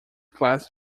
class